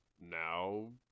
now